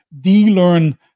de-learn